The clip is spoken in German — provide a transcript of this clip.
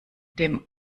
dem